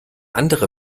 andere